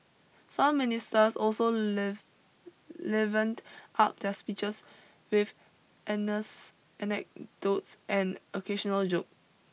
some ministers also live livened up their speeches with anecdotes and occasional joke